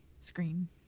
screen